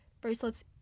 bracelets